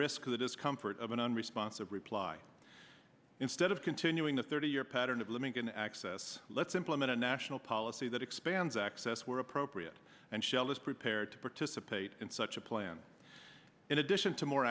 risk the discomfort of an unresponsive reply instead of continuing the thirty year pattern of living in access let's implement a national policy that expands access where appropriate and shell is prepared to participate in such a plan in addition to more